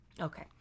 Okay